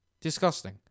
Disgusting